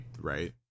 right